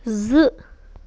زٕ